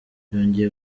byongeye